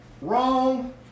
wrong